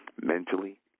mentally